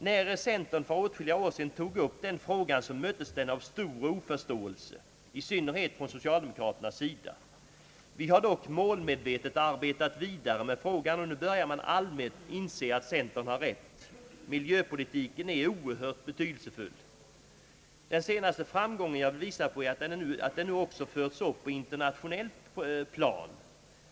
När centern för åtskilliga år sedan tog upp denna fråga möttes den av stor oförståelse i synnerhet från socialdemokraternas sida. Vi har dock målmedvetet arbetat vidare med frågan, och nu börjar man allmänt inse att centern har rätt. Miljöpolitiken är oerhört betydelsefull. Den senaste framgången är att den nu också förts upp på internationellt plan.